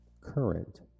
current